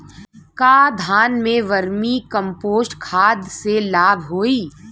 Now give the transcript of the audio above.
का धान में वर्मी कंपोस्ट खाद से लाभ होई?